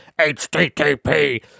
HTTP